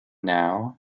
now